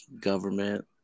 government